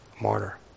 martyr